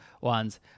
ones